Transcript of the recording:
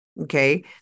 okay